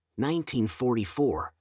1944